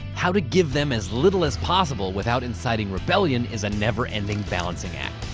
how to give them as little as possible without inciting rebellion is a never-ending balancing act.